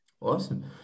Awesome